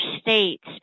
states